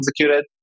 executed